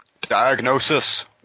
Diagnosis